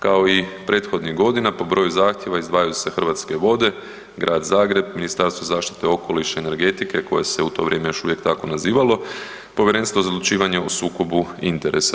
Kao i prethodnih godina po broju zahtjeva izdvajaju se Hrvatske vode, Grad Zagreb, Ministarstvo zaštite okoliša i energetike koje se u to vrijeme još uvijek tako nazivalo, Povjerenstvo za odlučivanje o sukobu interesa.